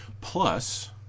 Plus